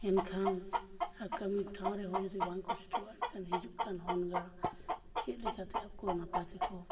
ᱮᱱᱠᱷᱟᱱ ᱟᱨ ᱠᱟᱹᱢᱤ ᱴᱷᱟᱶ ᱨᱮᱦᱚᱸ ᱡᱩᱫᱤ ᱵᱟᱝᱠᱚ ᱥᱮᱴᱮᱨᱚᱜᱼᱟ ᱮᱱᱠᱷᱟᱱ ᱦᱤᱡᱩᱜ ᱠᱟᱱ ᱦᱚᱱ ᱜᱟᱬᱟ ᱪᱮᱫ ᱞᱮᱠᱟᱛᱮ ᱟᱠᱚ ᱱᱟᱯᱟᱭ ᱛᱮᱠᱚ